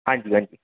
आंजी आंजी